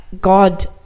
God